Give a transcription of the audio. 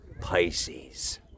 Pisces